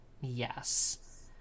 Yes